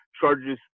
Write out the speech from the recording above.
charges